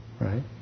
right